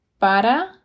para